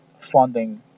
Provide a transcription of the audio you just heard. funding